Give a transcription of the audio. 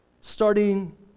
starting